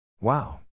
Wow